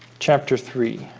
chapter three